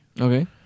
Okay